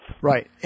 Right